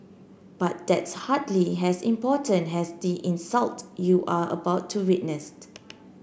but that's hardly as important as the insult you are about to witnessed